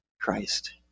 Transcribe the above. Christ